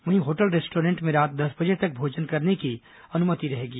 वहीं hotel restaurant में रात दस बजे तक भोजन करने की अनुमति रहेगी